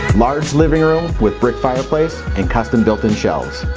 large living room with brick fire place and custom built in shelves.